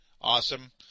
awesome